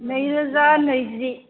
नैरोजा नैजि